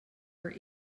were